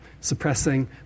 suppressing